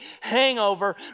hangover